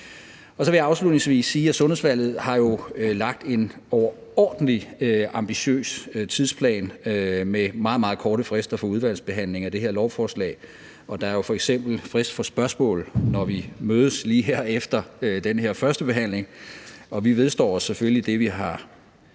Så vil jeg afslutningsvis sige, at Sundhedsudvalget jo har lagt en overordentlig ambitiøs tidsplan med meget, meget korte frister for udvalgsbehandling af det her lovforslag. Der er jo f.eks. frist for spørgsmål, når vi mødes lige her efter den her førstebehandling. Og vi vedstår os selvfølgelig det, vi har